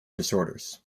disorders